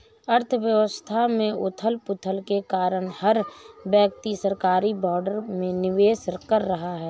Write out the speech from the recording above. अर्थव्यवस्था में उथल पुथल के कारण हर व्यक्ति सरकारी बोर्ड में निवेश कर रहा है